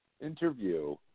interview